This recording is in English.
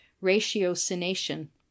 ratiocination